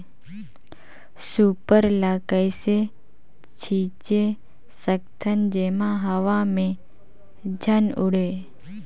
Super ल कइसे छीचे सकथन जेमा हवा मे झन उड़े?